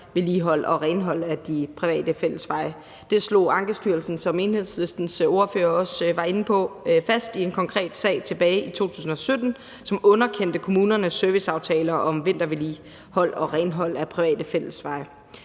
vintervedligehold og renhold af de private fællesveje. Det slog Ankestyrelsen, som Enhedslistens ordfører også var inde på, fast i en konkret sag tilbage i 2017, som underkendte kommunernes serviceaftale om vintervedligehold og renhold af private fællesveje